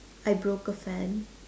I broke a fan